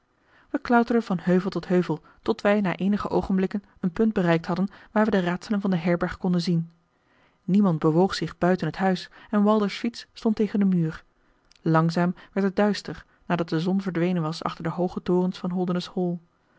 klauterden van heuvel tot heuvel tot wij na eenige oogenblikken een punt bereikt hadden waar wij de raadselen van de herberg konden zien niemand bewoog zich buiten het huis en wilder's fiets stond tegen den muur langzaam werd het duister nadat de zon verdwenen was achter de hooge torens van